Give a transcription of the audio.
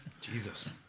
Jesus